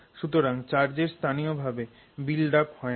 সুতরাং চার্জের স্থানীয় ভাবে বিল্ড আপ হয় না